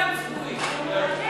למה אתם סגורים?